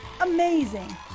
Amazing